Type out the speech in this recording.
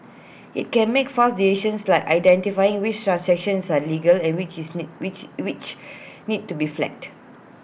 IT can make fast decisions like identifying which transactions are legit and which is need which which need to be flagged